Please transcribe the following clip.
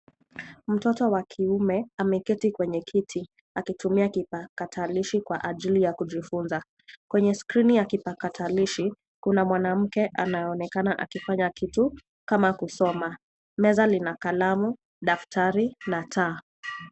Mtoto wa kiume ameketi kwenye kiti akitumia kipakatalishi kwa ajili ya kujifunza. Kwenye skrini ya kipakatalishi, kuna mwanamke anaonekana akifanya kitu kama kusoma. Meza lina kalamu, daftari na taa.